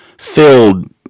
filled